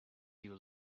you